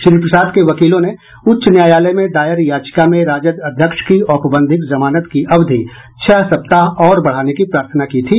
श्री प्रसाद के वकीलों ने उच्च न्यायालय में दायर याचिका में राजद अध्यक्ष की औपबंधिक जमानत की अवधि छह सप्ताह और बढ़ाने की प्रार्थना की थी